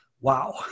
Wow